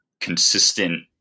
consistent